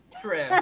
True